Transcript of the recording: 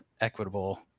equitable